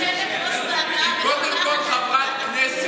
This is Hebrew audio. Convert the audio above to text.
היא קודם כול חברת כנסת.